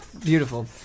Beautiful